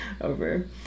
over